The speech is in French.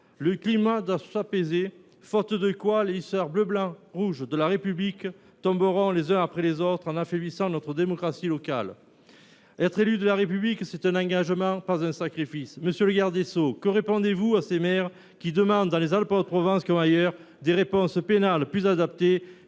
Le climat doit s’apaiser ; à défaut, les hussards bleu blanc rouge de la République tomberont les uns après les autres, ce qui affaiblirait notre démocratie locale. Être élu de la République, c’est un engagement, pas un sacrifice. Monsieur le garde des sceaux, que répondez vous à ces maires qui demandent, dans les Alpes de Haute Provence comme ailleurs, des réponses pénales plus adaptées